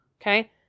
Okay